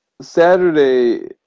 Saturday